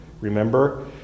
Remember